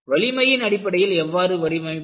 வலிமையின் அடிப்படையில் எவ்வாறு வடிவமைப்பது